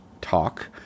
talk